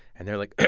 and they're like,